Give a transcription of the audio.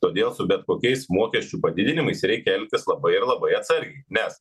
todėl su bet kokiais mokesčių padidinimais reikia elgtis labai ir labai atsargiai nes